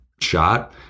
shot